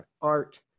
art